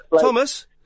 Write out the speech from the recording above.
Thomas